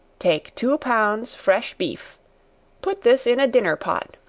take two pounds fresh beef put this in a dinner-pot,